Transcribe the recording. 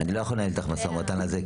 אני לא יכול לנהל איתך משא ומתן על זה,